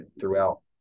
throughout